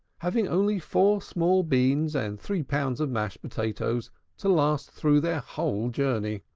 having only four small beans and three pounds of mashed potatoes to last through their whole journey.